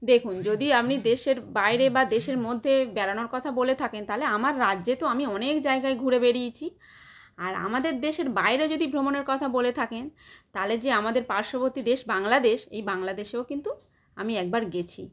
দেখুন যদি আপনি দেশের বাইরে বা দেশের মধ্যে বেড়ানোর কথা বলে থাকেন তাহলে আমার রাজ্যে তো আমি অনেক জায়গায় ঘুরে বেরিয়েছি আর আমাদের দেশের বাইরে যদি ভ্রমণের কথা বলে থাকেন তাহলে যে আমাদের পার্শ্ববর্তী দেশ বাংলাদেশ এই বাংলাদেশেও কিন্তু আমি একবার গিয়েছি